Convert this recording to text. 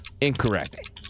Incorrect